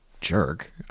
jerk